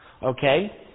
Okay